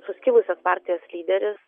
suskilusios partijos lyderis